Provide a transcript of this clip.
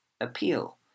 appeal